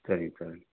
சரிங்க சார்